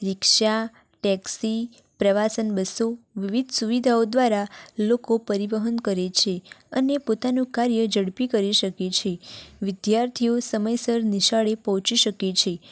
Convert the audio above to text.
રિક્ષા taxi પ્રવાસન બસો વિવિધ સુવિધાઓ દ્વારા લોકો પરિવહન કરે છે અને પોતાનું કાર્ય ઝડપી કરી શકે છે વિદ્યાર્થીઓ સમયસર નિશાળે પહોંચી શકે છે